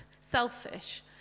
selfish